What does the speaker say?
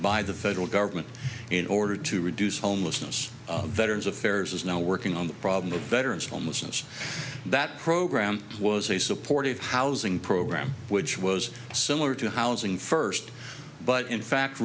by the federal government in order to reduce homelessness veterans affairs is now working on the problem of veterans homelessness that program was a supportive housing program which was similar to housing first but in fact